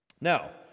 Now